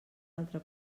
altra